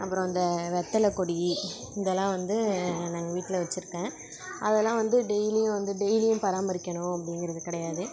அப்புறம் இந்த வெற்றில கொடி இதெல்லாம் வந்து நான் எங்கள் வீட்டில் வச்சிருக்கேன் அதெல்லாம் வந்து டெயிலியும் வந்து டெயிலியும் பராமரிக்கணும் அப்படிங்கிறது கிடையாது